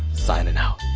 signing out